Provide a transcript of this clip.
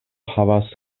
havas